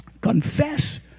confess